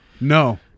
No